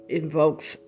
invokes